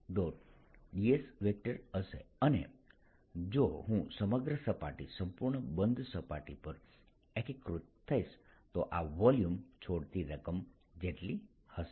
ds હશે અને જો હું સમગ્ર સપાટી સંપૂર્ણ બંધ સપાટી પર એકીકૃત થઈશ તો આ વોલ્યુમ છોડતી રકમ જેટલી હશે